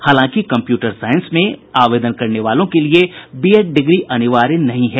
हालांकि computer science में आवेदन करने वालों के लिए बीएड डिग्री अनिवार्य नहीं है